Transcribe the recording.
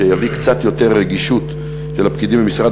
כדי להביא לקצת יותר רגישות של הפקידים במשרד